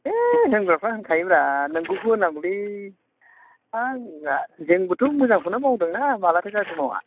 है होनग्राफ्रा होनखायोब्रा नोंखौ होननांगौलै हा जोंबोथ' मोजांखौनो मावबोदोंना मालाथो गाज्रि मावा